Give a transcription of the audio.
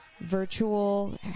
virtual